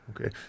Okay